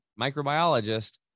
microbiologist